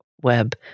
web